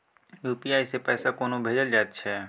UPI सँ पैसा कोना भेजल जाइत छै?